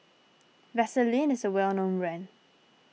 Vaselin is a well known brand